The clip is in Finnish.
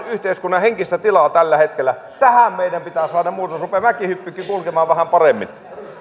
yhteiskunnan henkistä tilaa tällä hetkellä tähän meidän pitää saada muutos rupeaa mäkihyppykin kulkemaan vähän paremmin